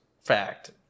fact